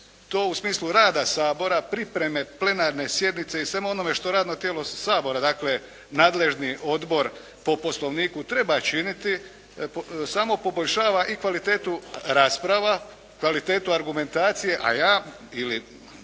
To u smislu rada Sabora, pripreme plenarne sjednice i svemu onome što radno tijelo Sabora dakle nadležni odbor po poslovniku treba činiti samo poboljšava i kvalitetu rasprava, kvalitetu argumentaciju a ja ili